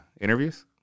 interviews